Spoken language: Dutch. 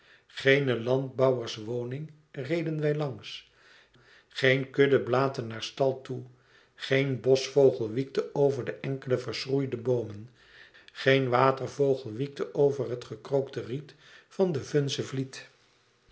geene landbouwerswoning reden wij langs geen kudde blaatte naar stal toe geen boschvogel wiekte over de enkele verschroeide boomen geen watervogel wiekte over het gekrookte riet van den vunzen vliet